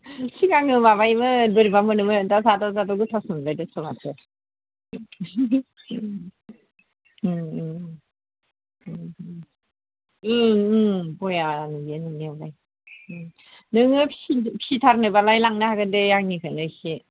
सिगाङो माबायोमोन बोरैबा मोनोमोन दा जादाव जादाव गोथावसो मोनलायदोंसो माथो ओम ओम ओम ओम बया मोनो नुनायावलाय नोङो फिसि फिसिथारनोबालाय लांनो हागोन दे आंनिफ्रायनो एसे